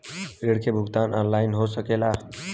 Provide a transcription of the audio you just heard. ऋण के भुगतान ऑनलाइन हो सकेला?